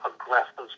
aggressive